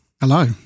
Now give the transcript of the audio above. Hello